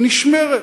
היא נשמרת.